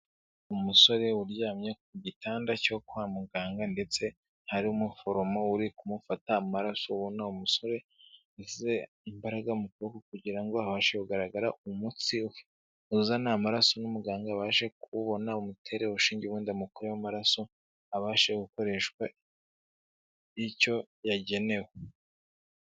Umusore uryamye ku gitanda cyo kwa muganga ndetse hari umuforomo uri kumufata amaraso, ubona umusore yasize imbaraga mu kuboko kugira ngo abashe kugaragara umutsi uzana amaraso n'umuganga abashe kuwubona, umutere urushinge ubundi amukuremo amaraso, abashe gukoreshwa icyo yagenewe.